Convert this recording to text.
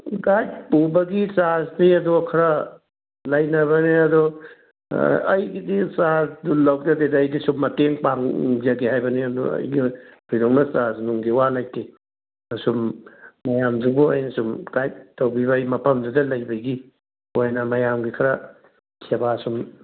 guide ꯄꯨꯕꯒꯤ ꯆꯥꯔꯖꯇꯤ ꯑꯗꯣ ꯈꯔ ꯂꯩꯅꯕꯅꯦ ꯑꯗꯣ ꯑꯩꯒꯤꯗꯤ ꯆꯥꯔꯖꯗꯨ ꯂꯧꯖꯗꯦꯗ ꯑꯩꯗꯤ ꯁꯨꯝ ꯃꯇꯦꯡ ꯄꯥꯡꯖꯒꯦ ꯍꯥꯏꯕꯅꯤ ꯑꯗꯣ ꯑꯩꯒꯤ ꯊꯣꯏꯗꯣꯛꯅ ꯆꯥꯔꯖ ꯅꯨꯡꯒꯤ ꯋꯥ ꯂꯩꯇꯦ ꯁꯨꯝ ꯃꯌꯥꯝꯁꯤꯕꯨ ꯑꯩꯅꯁꯨꯝ ꯒꯥꯏꯗ ꯇꯧꯕꯤꯕ ꯑꯩ ꯃꯐꯝꯗꯨꯗ ꯂꯩꯕꯒꯤ ꯑꯣꯏꯅ ꯃꯌꯥꯝꯒꯤ ꯈꯔ ꯁꯦꯕꯥ ꯁꯨꯝ